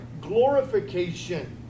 glorification